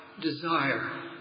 desire